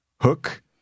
Hook